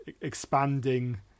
expanding